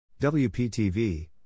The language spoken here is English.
WPTV